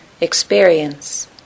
experience